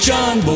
John